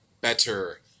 better